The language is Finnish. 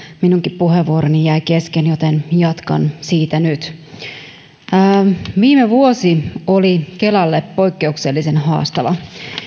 minunkin puheenvuoroni jäi kesken joten jatkan siitä nyt viime vuosi oli kelalle poikkeuksellisen haastava